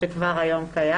שכבר קיים היום.